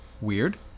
Weird